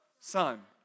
Son